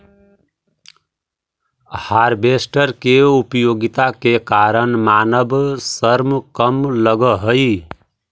harvester के उपयोगिता के कारण मानव श्रम कम लगऽ हई